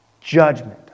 judgment